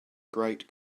great